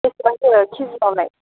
बेसेबांथो केजिआवलाय